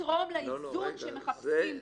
זה יתרום לאיזון שמחפשים פה.